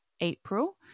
April